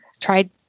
tried